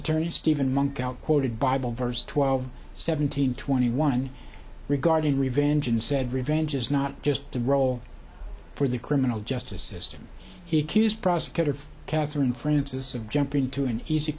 attorney stephen monk out quoted bible verse twelve seventeen twenty one regarding revenge and said revenge is not just the role for the criminal justice system he accused prosecutor of catherine francis of jumping to an easy